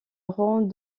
rang